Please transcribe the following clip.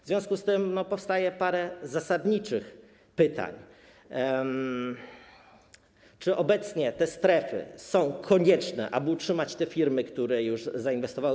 W związku z tym powstaje parę zasadniczych pytań: Czy obecnie te strefy są konieczne, aby utrzymać te firmy, które już zainwestowały?